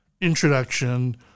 introduction